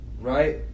right